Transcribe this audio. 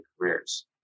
careers